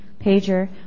pager